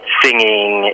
singing